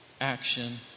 action